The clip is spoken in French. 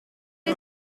est